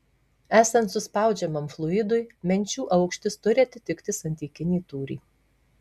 esant suspaudžiamam fluidui menčių aukštis turi atitikti santykinį tūrį